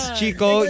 Chico